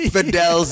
Fidel's